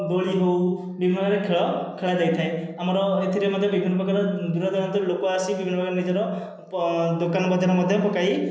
ଦୋଳି ହେଉ ବିଭିନ୍ନ ପ୍ରକାର ଖେଳ ଖେଳା ଯାଇଥାଏ ଆମର ଏଥିରେ ମଧ୍ୟ ବିଭିନ୍ନ ପ୍ରକାର ଦୁର ଦୁରାନ୍ତରୁ ଲୋକ ଆସି ବିଭିନ୍ନ ପ୍ରକାର ନିଜର ଦୋକାନ ବଜାର ମଧ୍ୟ ପକାଇ